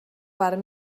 part